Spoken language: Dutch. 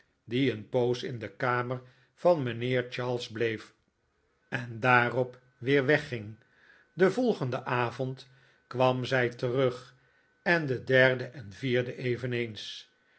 die een poos in de kamer van mijnheer charles bleef en daarop weer wegging den volgenden avond kwam zij terug en den derden en vierden eveneens